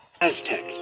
Aztec